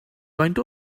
faint